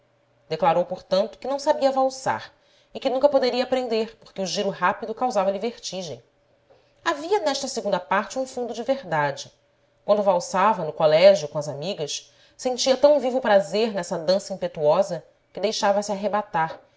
declarou portanto que não sabia valsar e que nunca poderia aprender porque o giro rápido causava-lhe vertigem havia nesta segunda parte um fundo de verdade quando valsava no colégio com as amigas sentia tão vivo prazer nessa dança impetuosa que deixava-se arrebatar